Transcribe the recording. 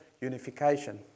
unification